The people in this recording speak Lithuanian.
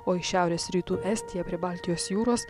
o į šiaurės rytų estiją prie baltijos jūros